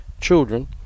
children